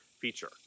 feature